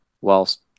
whilst